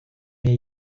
mir